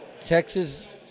Texas